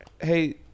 Hey